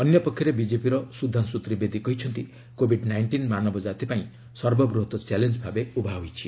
ଅନ୍ୟପକ୍ଷରେ ବିଜେପିର ସୁଧାଂଶୁ ତ୍ରିବେଦୀ କହିଛନ୍ତି କୋଭିଡ୍ ନାଇଷ୍ଟିନ୍ ମାନବ ଜାତି ପାଇଁ ସର୍ବବୃହତ ଚ୍ୟାଲେଞ୍ଜ ଭାବେ ଉଭା ହୋଇଛି